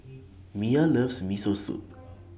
Mia loves Miso Soup